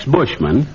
Bushman